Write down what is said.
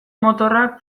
motorrak